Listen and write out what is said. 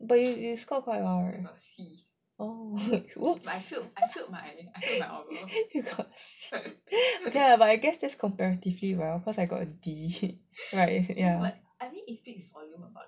but you scored quite well right oh !oops! but I guess that's comparatively well cause I got a D right ya